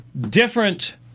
different